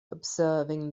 observing